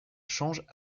changent